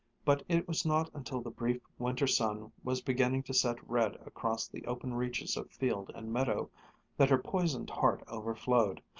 but it was not until the brief winter sun was beginning to set red across the open reaches of field and meadow that her poisoned heart overflowed.